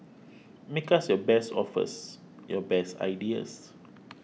make us your best offers your best ideas